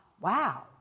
wow